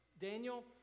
Daniel